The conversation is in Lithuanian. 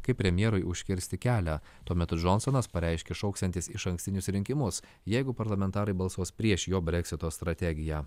kaip premjerui užkirsti kelią tuo metu džonsonas pareiškė šauksiantis išankstinius rinkimus jeigu parlamentarai balsuos prieš jo breksito strategiją